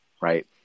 right